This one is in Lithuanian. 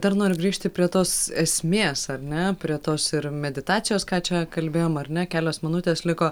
dar noriu grįžti prie tos esmės ar ne prie tos ir meditacijos ką čia kalbėjom ar ne kelios minutės liko